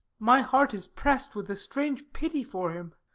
my heart is pressed with a strange pity for him,